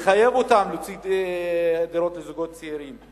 לחייב אותם להוציא דירות לזוגות צעירים.